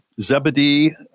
Zebedee